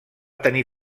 tenir